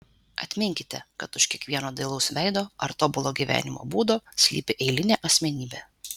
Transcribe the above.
atminkite kad už kiekvieno dailaus veido ar tobulo gyvenimo būdo slypi eilinė asmenybė